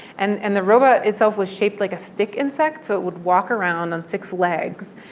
and and the robot itself was shaped like a stick insect so it would walk around on six legs.